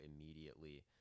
immediately